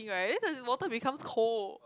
if like that then the water become cold